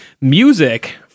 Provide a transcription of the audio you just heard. music